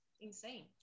insane